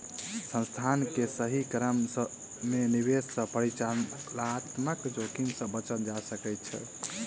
संस्थान के सही क्रम में निवेश सॅ परिचालनात्मक जोखिम से बचल जा सकै छै